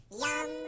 yum